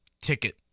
ticket